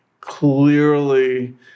clearly